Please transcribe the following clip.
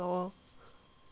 !aiyo!